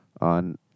On